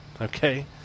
Okay